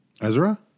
Ezra